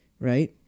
Right